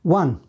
one